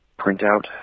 printout